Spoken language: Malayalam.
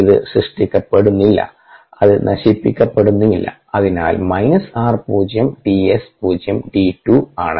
ഇത് സൃഷ്ടിക്കപ്പെടുന്നില്ല അത് നശിപ്പിക്കപ്പെടുന്നില്ല അതിനാൽ മൈനസ് r പൂജ്യം d S പൂജ്യം d ടു ആണ്